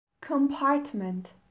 compartment